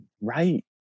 right